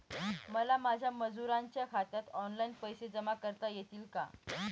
मला माझ्या मजुरांच्या खात्यात ऑनलाइन पैसे जमा करता येतील का?